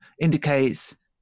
indicates